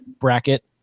bracket